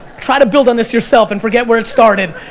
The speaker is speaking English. try to build on this yourself and forget where it started.